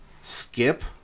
Skip